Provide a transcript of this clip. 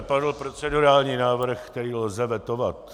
Padl procedurální návrh, který lze vetovat.